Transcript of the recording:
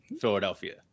philadelphia